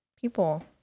people